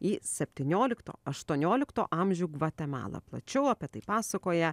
į septyniolikto aštuoniolikto amžių gvatemalą plačiau apie tai pasakoja